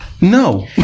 No